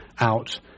out